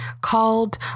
called